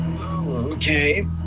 Okay